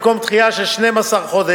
במקום דחייה של 12 חודש,